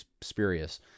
spurious